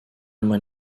immer